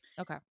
Okay